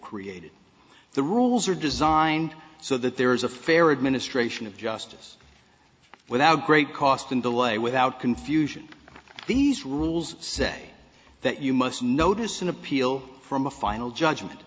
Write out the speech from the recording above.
created the rules are designed so that there is a fair administration of justice without great cost and delay without confusion these rules say that you must notice an appeal from a final judgment